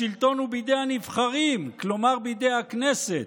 השלטון הוא בידי הנבחרים, כלומר בידי הכנסת,